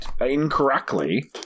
incorrectly